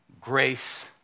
grace